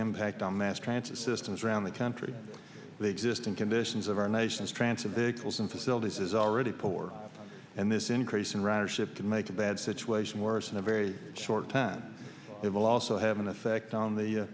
impact on mass transit systems around the country the existing conditions of our nation's transfer big holes in facilities is already poor and this increasing ridership could make a bad situation worse in a very short time it will also have an effect on the